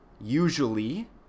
Usually